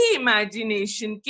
imagination